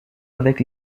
avec